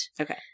Okay